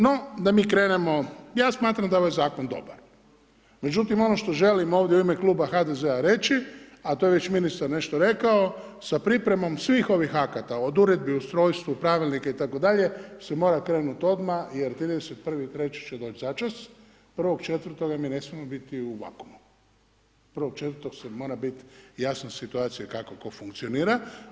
No da mi krenemo, ja smatram da je ovaj zakon dobra međutim ono što želim ovdje u ime kluba HDZ-a reći, a to je već ministar nešto rekao, sa pripremom svih ovih akata od uredbi, ustrojstvu, pravilnike itd. se mora krenuti odmah jer 31.3. će doći začas, 1.4. mi ne smijemo biti u vakuumu, 1.4. mora biti jasna situacija kako tko funkcionira.